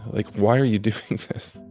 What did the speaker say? like, why are you doing this?